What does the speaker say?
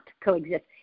coexist